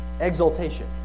Exaltation